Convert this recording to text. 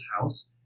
house